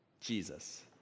Jesus